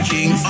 King